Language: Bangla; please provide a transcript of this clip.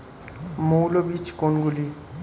মৌল বীজ কোনগুলি?